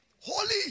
Holy